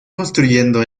construyendo